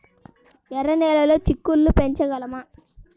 ఎర్ర నెలలో చిక్కుళ్ళు పెంచగలమా?